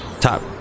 Top